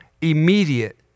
Immediate